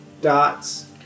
dots